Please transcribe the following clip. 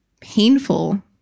painful